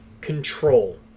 control